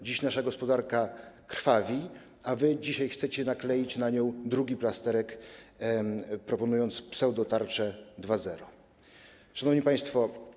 Dziś nasza gospodarka krwawi, a wy chcecie nakleić na nią drugi plasterek, proponując pseudotarczę 2.0. Szanowni Państwo!